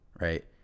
right